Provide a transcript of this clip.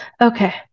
okay